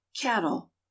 cattle